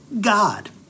God